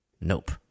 Nope